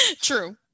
true